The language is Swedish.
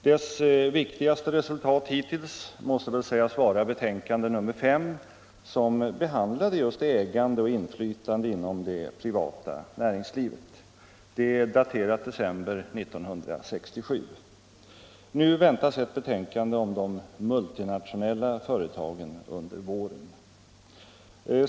Dess viktigaste resultat hittills måste väl sägas vara betänkande nr V, som behandlade just ägande och inflytande inom det privata näringslivet. Det är daterat december 1967. Nu väntas ett betänkande om de multinationella företagen under våren.